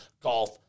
golf